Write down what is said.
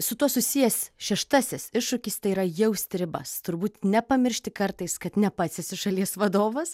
su tuo susijęs šeštasis iššūkis tai yra jausti ribas turbūt nepamiršti kartais kad ne pats esi šalies vadovas